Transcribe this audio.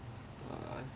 err